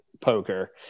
poker